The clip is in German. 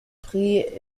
prix